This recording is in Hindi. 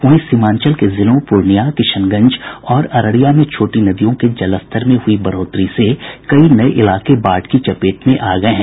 वहीं सीमांचल के जिलों पूर्णियां किशनगंज और अररिया में छोटी नदियों के जलस्तर में हुई बढ़ोतरी से कई नये इलाके बाढ़ की चपेट में आ गये हैं